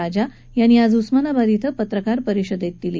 राजा यांनी आज उस्मानाबाद क्विं पत्रकार परिषदेत दिली